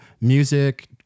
music